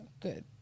Good